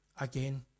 again